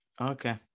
Okay